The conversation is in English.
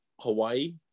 hawaii